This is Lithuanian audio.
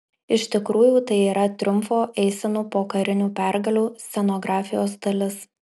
iš tikrųjų tai yra triumfo eisenų po karinių pergalių scenografijos dalis